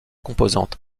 composante